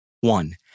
One